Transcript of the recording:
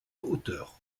hauteur